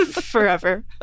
forever